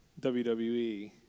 WWE